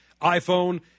iPhone